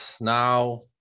now